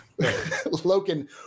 Loken